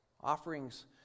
Offerings